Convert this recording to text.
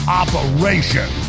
operation